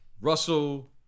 Russell